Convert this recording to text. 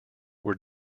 were